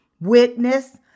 witness